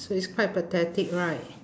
so it's quite pathetic right